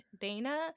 Dana